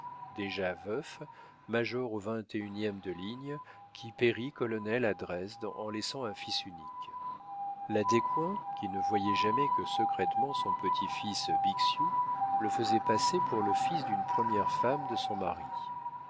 déjà veuf major vingt et un e de ligne qui périt colonel à dresde en laissant un fils unique la descoings qui ne voyait jamais que secrètement son petit-fils bixiou le faisait passer pour le fils d'une première femme de son mari